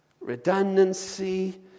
Redundancy